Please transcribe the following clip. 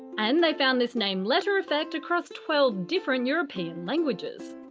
and they found this name-letter effect across twelve different european languages.